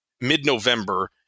mid-November